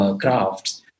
crafts